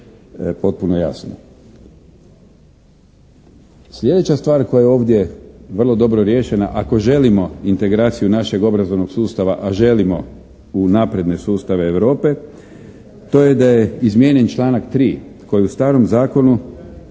Sljedeća stvar koja je ovdje vrlo dobro riješena, ako želimo integraciju našeg obrazovnog sustava a želimo u napredne sustave Europe, to je da je izmijenjen članak 3. koji je u starom zakonu